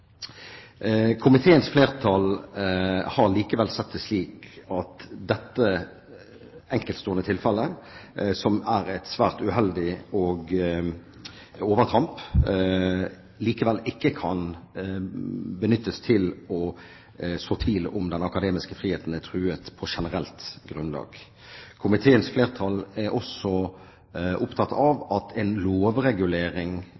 Komiteens flertall har likevel sett det slik at dette enkeltstående tilfellet, som er et svært uheldig overtramp, likevel ikke kan benyttes til å så tvil om hvorvidt den akademiske friheten er truet på generelt grunnlag. Komiteens flertall er også opptatt